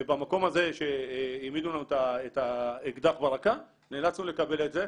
במקום הזה שהעמידו לנו את האקדח לרקה נאלצנו לקבל את זה,